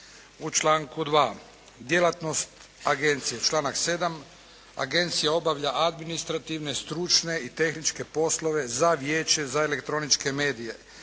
u članku 2. Djelatnost agencije članak 7. Agencija obavlja administrativne, stručne i tehničke poslove za Vijeće za elektroničke medije